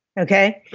okay?